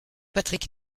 patrick